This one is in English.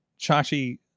Chachi